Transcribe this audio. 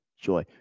joy